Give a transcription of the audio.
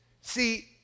See